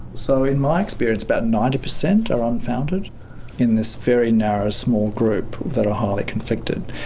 so, in my experience, about ninety percent are unfounded in this very narrow, small group that are highly conflicted.